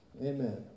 Amen